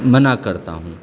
منع کرتا ہوں